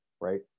right